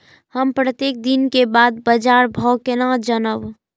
हम प्रत्येक दिन के बाद बाजार भाव केना जानब?